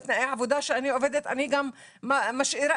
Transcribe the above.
בתנאי העבודה שאני עובדת אני גם משאירה